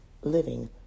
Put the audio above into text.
living